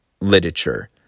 literature